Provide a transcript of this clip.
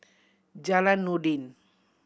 Jalan Noordin